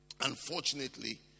unfortunately